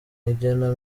igena